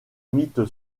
mythe